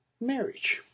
marriage